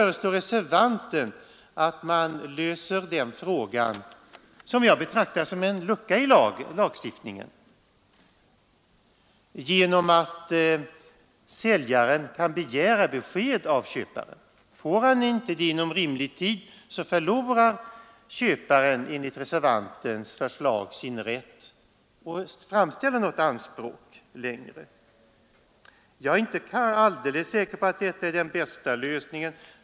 Reservanten vill att man löser den frågan — som jag betraktar som en lucka i lagstiftningen — genom att säljaren kan begära besked av köparen. Får han inte det inom rimlig tid, så förlorar köparen enligt reservanten sin rätt att framställa något anspråk. Jag är inte alldeles säker på att detta är den bästa lösningen.